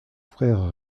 frère